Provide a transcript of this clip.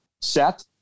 set